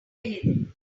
anything